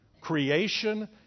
Creation